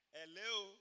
Hello